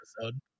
episode